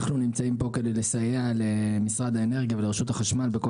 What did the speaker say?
אנחנו פה כדי לסייע למשרד האנרגיה ולרשות החשמל.